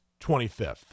25th